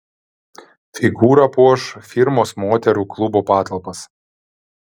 figūra puoš firmos moterų klubo patalpas